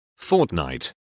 Fortnite